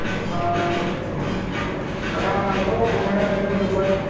हा हा हलो घुमणु हलूं डुमस